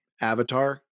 avatar